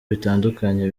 bitandukanye